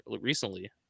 recently